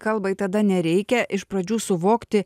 kalbai tada nereikia iš pradžių suvokti